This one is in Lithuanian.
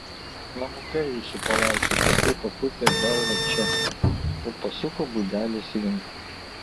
namuke jūsų palauksiu tvirtai papurtė galvą če ir pasuko būdelės link